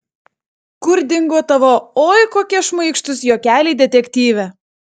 kur dingo tavo oi kokie šmaikštūs juokeliai detektyve